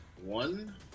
one